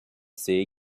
see